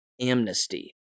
Amnesty